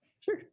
Sure